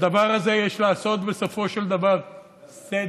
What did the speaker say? בדבר הזה יש לעשות בסופו של דבר סדר,